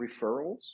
referrals